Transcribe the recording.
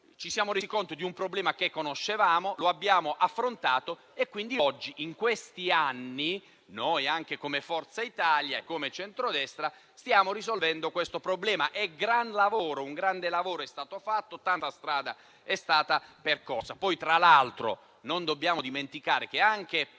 Ci siamo resi conto di un problema che conoscevamo e lo abbiamo affrontato; quindi oggi e in questi anni, anche come Forza Italia e come centrodestra, stiamo risolvendo questo problema. Un grande lavoro è stato fatto e tanta strada è stata percorsa.